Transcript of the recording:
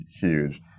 huge